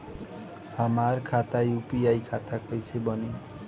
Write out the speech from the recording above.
हमार खाता यू.पी.आई खाता कईसे बनी?